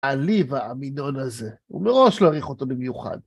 עליב האמינון הזה. הוא מראש לא העריך אותו במיוחד.